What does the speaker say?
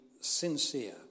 sincere